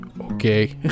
Okay